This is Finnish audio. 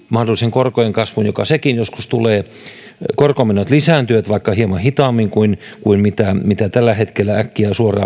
mahdollisen korkojen kasvun joka sekin joskus tulee korkomenot lisääntyvät hieman hitaammin kuin kuin mitä tällä hetkellä äkkiä suoraan